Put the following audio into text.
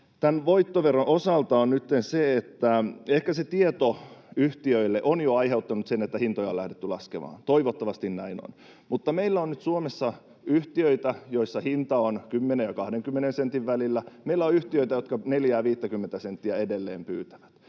tämän voittoveron osalta on nytten se, että ehkä se tieto yhtiöille on jo aiheuttanut sen, että hintoja on lähdetty laskemaan — toivottavasti näin on. Mutta meillä on nyt Suomessa yhtiöitä, joissa hinta on 10 ja 20 sentin välillä, ja meillä on yhtiöitä, jotka 40—50:tä senttiä edelleen pyytävät.